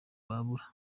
babura